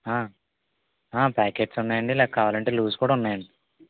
packets ఉన్నాయండి కావాలంటే loose కూడా ఉన్నాయండి